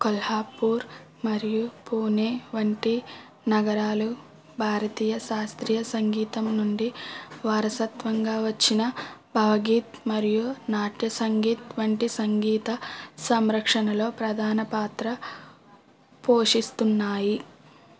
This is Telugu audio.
కొల్హాపూర్ మరియు పూణే వంటి నగరాలు భారతీయ శాస్త్రీయ సంగీతం నుండి వారసత్వంగా వచ్చిన భవగీత్ మరియు నాట్య సంగీత్ వంటి సంగీత సంరక్షణలో ప్రధాన పాత్ర పోషిస్తున్నాయి